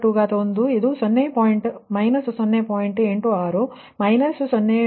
3 ಆದ್ದರಿಂದ 2